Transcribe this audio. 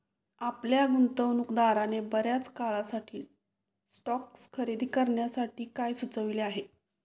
आपल्या गुंतवणूकदाराने बर्याच काळासाठी स्टॉक्स खरेदी करण्यासाठी काय सुचविले आहे?